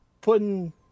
putting